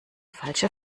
falsche